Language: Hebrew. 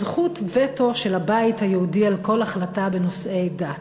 זכות וטו של הבית היהודי על כל החלטה בנושאי דת.